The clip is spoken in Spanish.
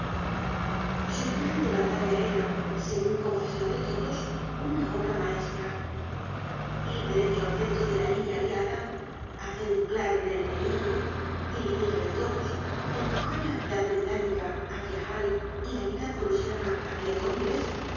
su plan de batalla era segun confesion de todos una obra maestra ir derecho al centro de la línea aliada hacer un claro en el enemigo dividirlo en dos empujar la mitad británica hácia hal y la mitad prusiana hácia tongres